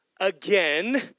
again